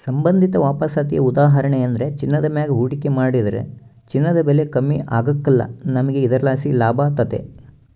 ಸಂಬಂಧಿತ ವಾಪಸಾತಿಯ ಉದಾಹರಣೆಯೆಂದ್ರ ಚಿನ್ನದ ಮ್ಯಾಗ ಹೂಡಿಕೆ ಮಾಡಿದ್ರ ಚಿನ್ನದ ಬೆಲೆ ಕಮ್ಮಿ ಆಗ್ಕಲ್ಲ, ನಮಿಗೆ ಇದರ್ಲಾಸಿ ಲಾಭತತೆ